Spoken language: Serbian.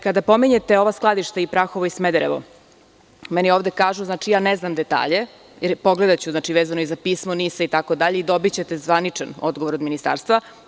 Kada pominjete ova skladišta i Prahovo i Smederevo, meni ovde kažu, ali ja ne znam detalje, pogledaću, vezano i za pismo NIS-a itd, i dobićete zvaničan odgovor od ministarstva.